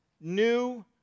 new